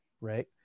Right